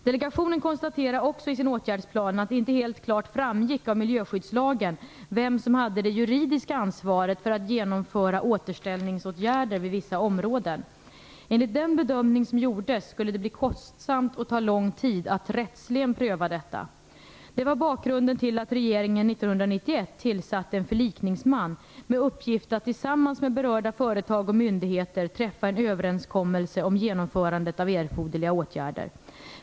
Delegationen konstaterar också i sin åtgärdsplan att det inte helt klart framgick av miljöskyddslagen vem som hade det juridiska ansvaret för att genomföra återställningsåtgärder vid vissa områden. Enligt den bedömning som gjordes skulle det bli kostsamt och ta lång tid att rättsligen pröva detta. Det var bakgrunden till att regeringen 1991 tillsatte en förlikningsman med uppgift att tillsammans med berörda företag och myndigheter träffa en överenskommelse om genomförandet av erforderliga åtgärder.